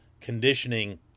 conditioning